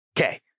Okay